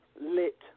lit